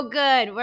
good